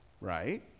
right